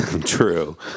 True